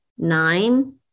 Nine